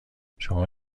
شما